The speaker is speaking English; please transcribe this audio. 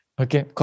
okay